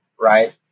right